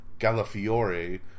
Galafiore